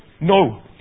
No